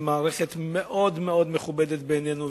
שהיא מערכת מאוד מאוד מכובדת בעינינו,